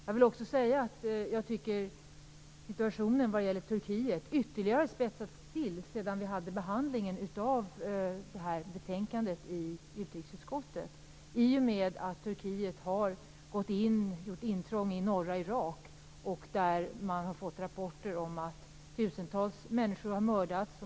Jag vill också säga att jag tycker att situationen vad det gäller Turkiet ytterligare har spetsats till sedan vi behandlade betänkandet i utrikesutskottet i och med att Turkiet har gjort intrång i norra Irak. Det har kommit rapporter om att tusentals personer har mördats.